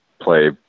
play